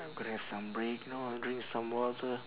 got to have some break know drink some water